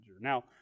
Now